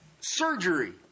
surgery